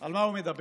על מה הוא מדבר.